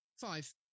five